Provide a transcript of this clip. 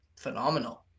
phenomenal